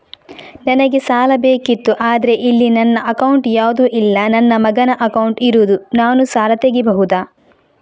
ನನಗೆ ಸಾಲ ಬೇಕಿತ್ತು ಆದ್ರೆ ಇಲ್ಲಿ ನನ್ನ ಅಕೌಂಟ್ ಯಾವುದು ಇಲ್ಲ, ನನ್ನ ಮಗನ ಅಕೌಂಟ್ ಇರುದು, ನಾನು ಸಾಲ ತೆಗಿಬಹುದಾ?